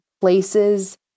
places